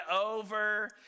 over